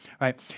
right